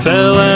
Fell